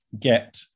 get